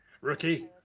Rookie